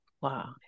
Wow